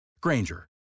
Granger